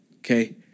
Okay